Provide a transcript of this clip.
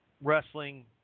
wrestling